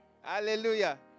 Hallelujah